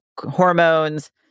hormones